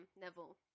Neville